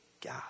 God